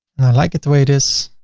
and i like it the way it is.